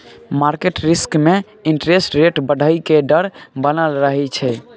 market risk में interest rate बढ़इ के डर बनल रहइ छइ